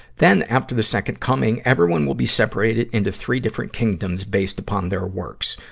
then, after the second coming, everyone will be separated into three different kingdoms, based upon their works.